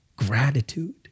gratitude